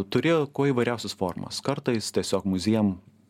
turėjo kuo įvairiausias formas kartais tiesiog muziejum